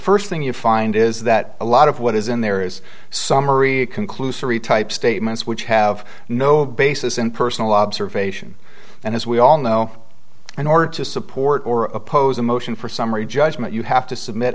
first thing you find is that a lot of what is in there is summary conclusory type statements which have no basis in personal observation and as we all know in order to support or oppose a motion for summary judgment you have to submit